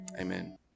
Amen